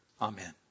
Amen